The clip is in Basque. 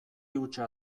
hutsa